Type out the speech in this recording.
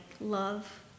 love